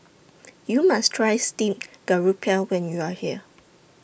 YOU must Try Steamed Garoupa when YOU Are here